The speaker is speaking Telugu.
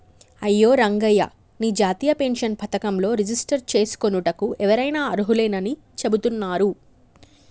అయ్యో రంగయ్య నీ జాతీయ పెన్షన్ పథకంలో రిజిస్టర్ చేసుకోనుటకు ఎవరైనా అర్హులేనని చెబుతున్నారు